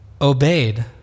obeyed